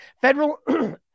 Federal